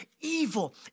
evil